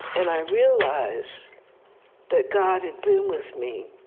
and i realized that god had been with me,